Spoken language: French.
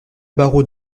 barreau